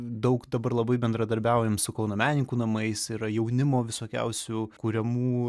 daug dabar labai bendradarbiaujam su kauno menininkų namais yra jaunimo visokiausių kuriamų